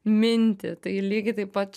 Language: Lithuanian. mintį tai lygiai taip pat